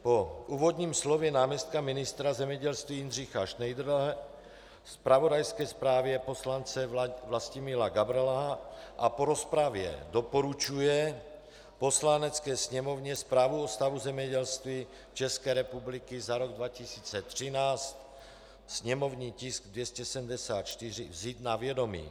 Po úvodním slově náměstka ministra zemědělství Jindřicha Šnejdrly, zpravodajské zprávě poslance Vlastimila Gabrhela a po rozpravě doporučuje Poslanecké sněmovně zprávu o stavu zemědělství České republiky za rok 2013, sněmovní tisk 274, vzít na vědomí.